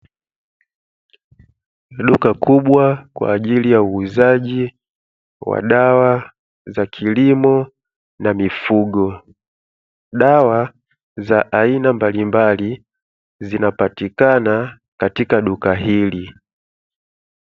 Duka kubwa kwa ajili ya uuzaji wa dawa za kilimo na mifugo. Dawa za aina mbalimbali zinapatikana katika duka hili.